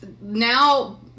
now